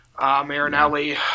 Marinelli